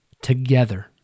together